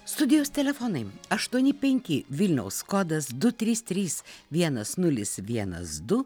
studijos telefonai aštuoni penki vilniaus kodas du trys trys vienas nulis vienas du